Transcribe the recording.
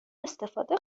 استفاده